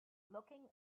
looking